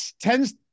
tends